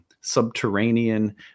subterranean